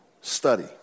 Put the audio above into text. study